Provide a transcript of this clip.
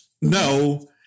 no